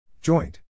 Joint